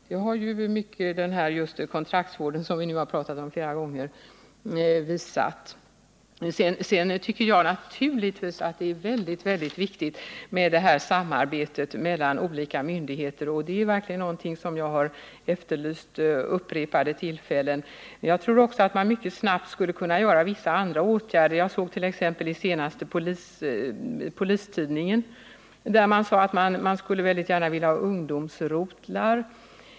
Det har den kontraktsvård, som vi nu har pratat om flera gånger, visat. Sedan tycker jag naturligtvis att samarbetet mellan olika myndigheter är väldigt viktigt. Det är någonting som jag har efterlyst vid upprepade tillfällen. Jag tror också att man mycket snabbt skulle kunna vidta vissa andra åtgärder. Jag sågt.ex. i senaste numret av Polistidningen att man gärna skulle vilja ha ungdomsrotlar.